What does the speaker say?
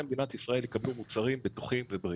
מדינת ישראל יקבלו מוצרים בטוחים ובריאים.